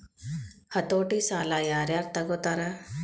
ಹತೋಟಿ ಸಾಲಾ ಯಾರ್ ಯಾರ್ ತಗೊತಾರ?